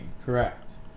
correct